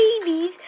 babies